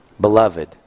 Beloved